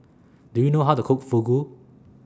Do YOU know How to Cook Fugu